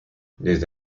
desde